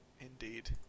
Indeed